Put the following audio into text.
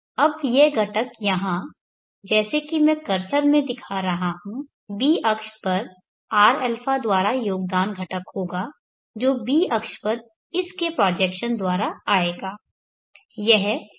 अब यह घटक यहाँ जैसा कि मैं कर्सर में दिखा रहा हूँ b अक्ष पर rα द्वारा योगदान घटक होगा जो b अक्ष पर इसके प्रोजेक्शन द्वारा आएगा